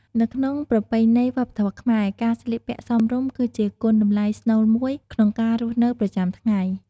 នៅក្នុងប្រពៃណីវប្បធម៌ខ្មែរ ការស្លៀកពាក់សមរម្យគឺជាគុណតម្លៃស្នូលមួយក្នុងការរស់នៅប្រចាំថ្ងៃ។